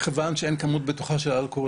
מכיוון שאין כמות בטוחה של אלכוהול,